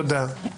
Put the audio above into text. תודה.